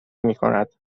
میکند